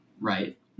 right